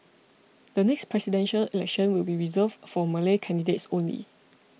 the next Presidential Election will be reserved for Malay candidates only